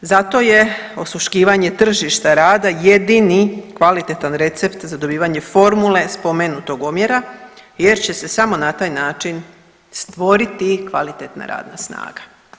Zato je osluškivanje tržišta rada jedini kvalitetan recept za dobivanje formule spomenutog omjera jer će se samo na taj način stvoriti kvalitetna radna snaga.